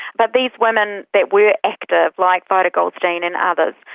but these women that were active, like vida goldstein and others,